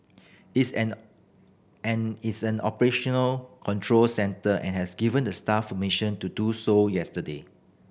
its and and its an operational control centre and has given the staff mission to do so yesterday